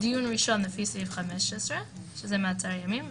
דיון ראשון לפי סעיף 15 - זה מעצר ימים,